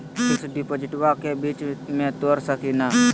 Fix डिपोजिटबा के बीच में तोड़ सकी ना?